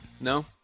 No